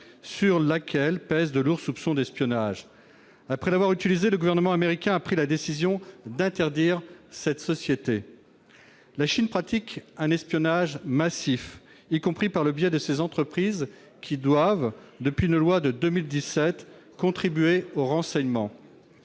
sur laquelle pèsent de lourds soupçons d'espionnage. Après l'avoir utilisée, le gouvernement américain a pris la décision d'exclure cette société. La Chine pratique un espionnage massif, y compris par le biais de ses entreprises, qui doivent, depuis une loi de 2017, contribuer au renseignement.